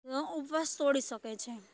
ઉપવાસ તોડી શકે છે